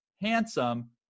handsome